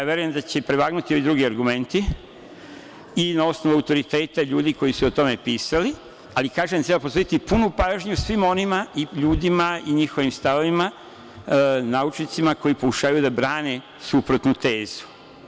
Verujem da će prevagnuti ovi drugi argumenti i na osnovu autoriteta ljudi koji su o tome pisali, ali kažem treba posvetiti punu pažnju svima onima i ljudima i njihovim stavovima, naučnicima koji pokušavaju da brane suprotnu tezu.